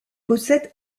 possède